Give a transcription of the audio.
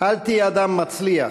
"אל תהיה אדם מצליח,